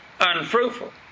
unfruitful